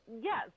Yes